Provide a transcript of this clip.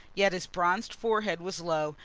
yet his bronzed forehead was low,